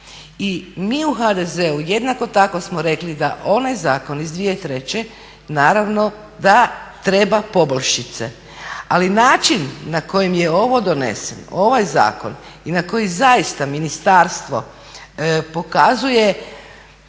I mi u HDZ-u jednako tako smo rekli da onaj zakon iz 2003. naravno da treba poboljšice. Ali način na kojem je ovo doneseno, ovaj zakon i na koji zaista ministarstvo pokazuje,